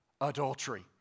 Adultery